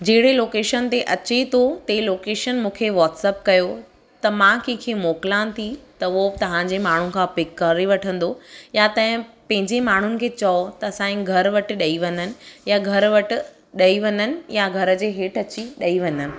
जहिड़े लोकेशन ते अचे थो ते लोकेशन मूंखे वॉट्सप कयो त मां कंहिंखे मोकिला थी त उहो तव्हांजे माण्हू खां पिक करे वठंदो या तंहिं पंहिंजे माण्हुनि खे चओ त असांजे घर वटि ॾेई वञनि या घर वटि ॾेई वञनि या घर जे हेठि अची ॾेई वञनि